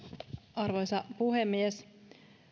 arvoisa puhemies